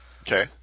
Okay